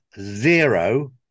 zero